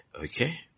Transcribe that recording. Okay